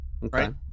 right